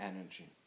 energy